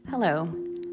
Hello